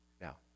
Now